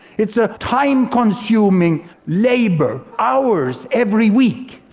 it's a time consuming labor, hours every week.